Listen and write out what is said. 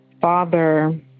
father